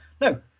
No